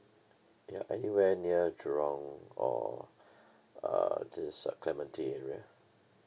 ya anywhere near jurong or uh this uh clementi area